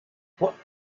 what